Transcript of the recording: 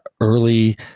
early